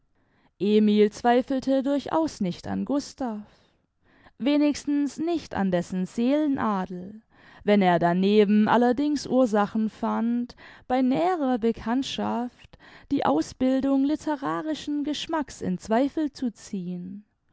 emil zweifelte durchaus nicht an gustav wenigstens nicht an dessen seelenadel wenn er daneben allerdings ursachen fand bei näherer bekanntschaft die ausbildung litterarischen geschmacks in zweifel zu ziehen